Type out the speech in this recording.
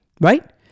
right